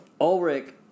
Ulrich